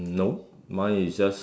mm no mine is just